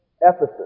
Ephesus